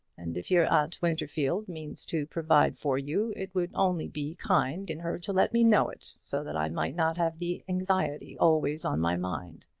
and if your aunt winterfield means to provide for you, it would only be kind in her to let me know it, so that i might not have the anxiety always on my mind.